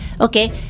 okay